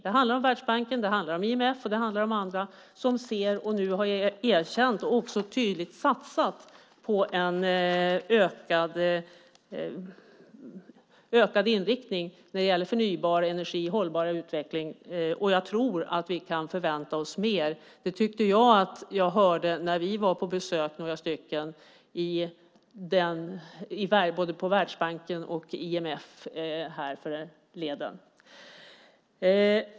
Det handlar om Världsbanken, IMF och andra som tydligt har satsat på en ökad inriktning på förnybar energi och hållbar utveckling. Jag tror att vi kan förvänta oss mer. Det tyckte jag att jag hörde när vi var på besök, några stycken, på Världsbanken och IMF härförleden.